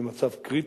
במצב קריטי,